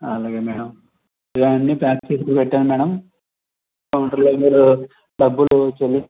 అలాగే మేడం అన్నీ ప్యాక్ చేసి పెట్టాను మేడం కౌంటరులో అది మీరు డబ్బులు చెల్లించి